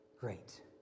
great